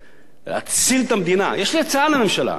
יש לי הצעה לממשלה איך להגן טוב על העורף.